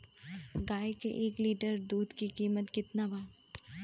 गाय के एक लीटर दूध के कीमत केतना बा?